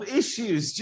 issues